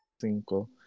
cinco